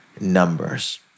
numbers